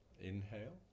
inhale